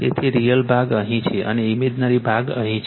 તેથી રિઅલ ભાગ અહીં છે અને ઇમેજનરી ભાગ અહીં છે